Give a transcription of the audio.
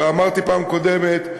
ואמרתי פעם קודמת,